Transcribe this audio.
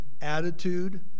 attitude